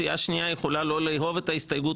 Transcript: סיעה שנייה יכולה לא לאהוב את ההסתייגות